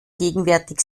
gegenwärtig